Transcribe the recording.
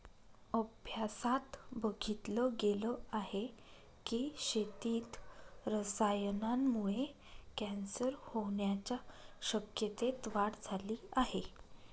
अभ्यासात बघितल गेल आहे की, शेतीत रसायनांमुळे कॅन्सर होण्याच्या शक्यतेत वाढ झाली आहे